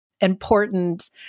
important